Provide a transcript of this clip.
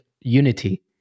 Unity